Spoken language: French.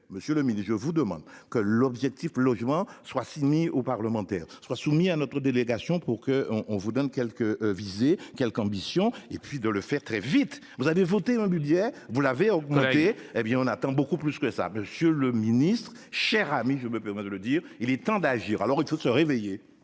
Monsieur le ministre vous demande que l'objectif logement soit soumis aux parlementaires soient soumis à notre délégation pour que on, on vous donne quelques. Quelque ambition et puis de le faire très vite, vous avez voté un budget, vous l'avez aux côtés, hé bien on attend beaucoup plus que ça. Monsieur le Ministre, chers amis, je me permets de le dire, il est temps d'agir. Alors il faut se réveiller.